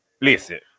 Listen